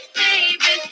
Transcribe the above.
baby